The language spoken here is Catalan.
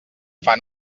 fan